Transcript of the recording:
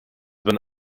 been